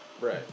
right